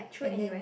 and then